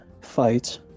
Fight